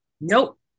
nope